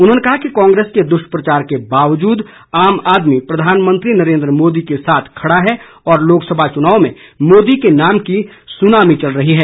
उन्होंने कहा कि कांग्रेस के दुष्प्रचार के बावजूद आम आदमी प्रधानमंत्री नरेन्द्र मोदी के साथ खड़ा है और लोकसभा चुनाव में मोदी के नाम की सुनामी चल रही है